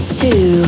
two